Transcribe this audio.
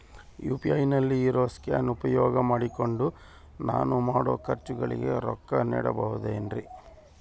UPI ನಲ್ಲಿ ಇರೋ scan ಉಪಯೋಗ ಮಾಡಿಕೊಂಡು ನಾನು ಮಾಡೋ ಖರ್ಚುಗಳಿಗೆ ರೊಕ್ಕ ನೇಡಬಹುದೇನ್ರಿ?